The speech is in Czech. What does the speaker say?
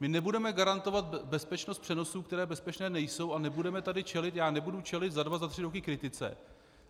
My nebudeme garantovat bezpečnost přenosů, které bezpečné nejsou, a nebudeme tady čelit, já nebudu čelit za dva za tři roky kritice,